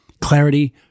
Clarity